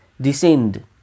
descend